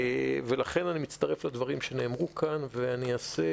לכן אני מצטרף לדברים שנאמרו כאן ואני אעשה